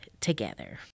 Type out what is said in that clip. together